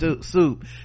soup